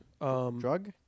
Drug